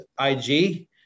ig